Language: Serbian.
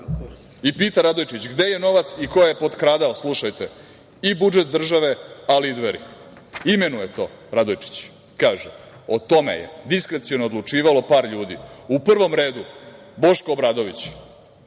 para.)Pita Radojičić - gde je novac i ko je potkradao i budžet države ali i „Dveri“? Imenuje to, Radojičić, kaže: „O tome je diskreciono odlučivalo par ljudi“. U prvom redu Boško Obradović.